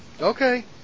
Okay